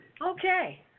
Okay